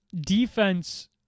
defense